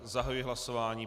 Zahajuji hlasování.